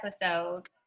episode